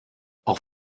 auch